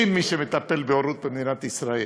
אין מי שמטפל בהורות במדינת ישראל.